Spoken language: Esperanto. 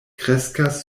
kreskas